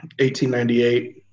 1898